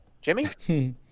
Jimmy